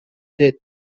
death